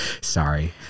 sorry